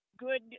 Good